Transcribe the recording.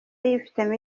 yifitemo